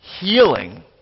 Healing